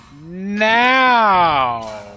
Now